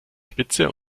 spitze